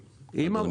אדוני.